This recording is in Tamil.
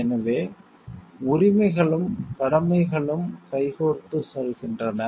எனவே உரிமைகளும் கடமைகளும் கைகோர்த்துச் செல்கின்றன